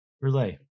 relay